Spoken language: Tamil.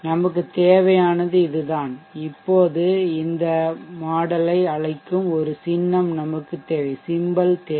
நமக்குத் தேவையானது இதுதான் இப்போது இந்த மாடல் யை அழைக்கும் ஒரு சின்னம் நமக்கு தேவை